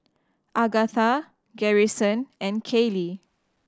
Agatha Garrison and Kaylie